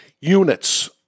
units